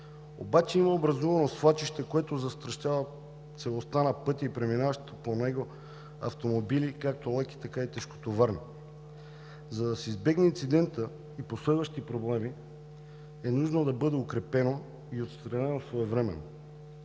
обаче има образувано свлачище, което застрашава целостта на пътя и преминаващите по него автомобили както леки, така и тежкотоварни. За да се избегне инцидент и последващи проблеми, е нужно да бъде укрепено и отстранено своевременно.